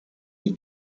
die